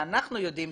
ואנחנו יודעים,